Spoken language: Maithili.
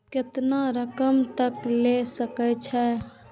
केतना रकम तक ले सके छै?